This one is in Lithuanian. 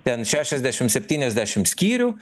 ten šešiasdešim septyniasdešim skyrių